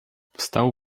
wstał